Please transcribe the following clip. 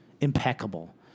impeccable